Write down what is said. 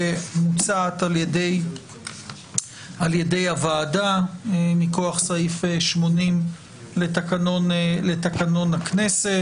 שמוצעת על ידי הוועדה מכוח סעיף 80 לתקנון הכנסת,